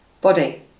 body